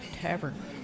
Tavern